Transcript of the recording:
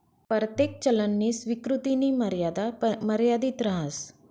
परतेक चलननी स्वीकृतीनी मर्यादा मर्यादित रहास